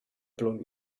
blown